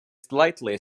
slightly